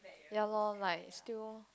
ya lor like still